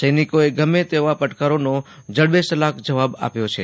સૈનિકોએ ગમે તેવા પડકારોનો જડબેસલાખ જવાબ આપ્યો છે